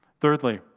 Thirdly